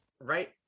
right